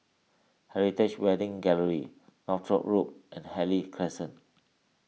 Heritage Wedding Gallery Northolt Road and Harvey Crescent